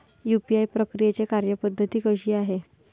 UPI प्रक्रियेची कार्यपद्धती कशी आहे?